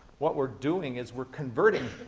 what we're doing is we're converting,